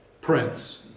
Prince